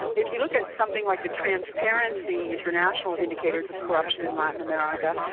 if you look at something like the transparency international indicators of corruption in latin america,